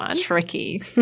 tricky